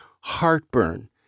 heartburn